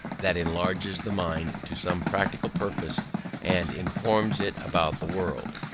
that enlarges the mind to some practical purpose and informs it about the world.